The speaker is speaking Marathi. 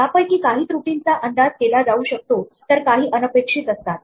यापैकी काही त्रुटींचा अंदाज केला जाऊ शकतो तर काही अनपेक्षित असतात